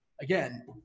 again